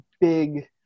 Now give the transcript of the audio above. big